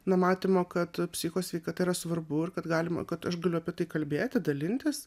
na matymo kad psicho sveikata yra svarbu ir kad galima kad aš galiu apie tai kalbėti dalintis